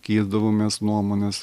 keisdavomės nuomones